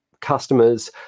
customers